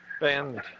band